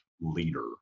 leader